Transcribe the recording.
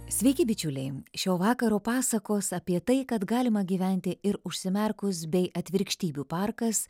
sveiki bičiuliai šio vakaro pasakos apie tai kad galima gyventi ir užsimerkus bei atvirkštybių parkas